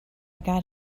got